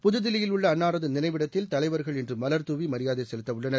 புதுதில்லியில் உள்ள அன்னாரது நினைவிடத்தில் தலைவர்கள் இன்று மலர்தூவி மரியாதை செலுத்தவுள்ளனர்